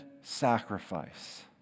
sacrifice